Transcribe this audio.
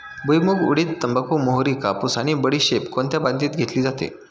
भुईमूग, उडीद, तंबाखू, मोहरी, कापूस आणि बडीशेप कोणत्या मातीत घेतली जाते?